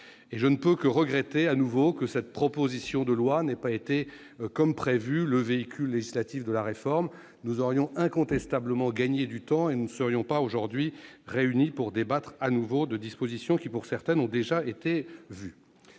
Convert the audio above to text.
Je ne puis que regretter de nouveau que cette proposition de loi n'ait pas été, comme prévu, le véhicule législatif de la réforme ferroviaire. Nous aurions incontestablement gagné du temps et nous ne serions pas réunis aujourd'hui pour débattre à nouveau de dispositions qui, pour certaines, ont déjà été